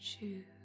choose